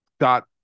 got